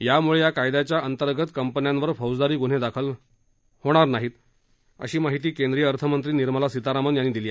यामुळे या कायद्याच्या अंतर्गत कंपन्यांवर फौजदारी गुन्हे दाखल होणार नाही अशी माहिती केंद्रीय अर्थमंत्री निर्मला सीतारामन यांनी दिली